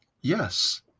Yes